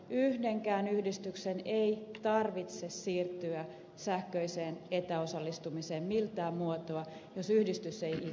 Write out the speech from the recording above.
yhdenkään yhdistyksen ei tarvitse siirtyä sähköiseen etäosallistumiseen millään muotoa jos yhdistys ei itse sitä halua